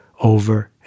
over